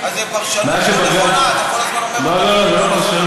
מאז שבג"ץ, זה פרשנות לא נכונה.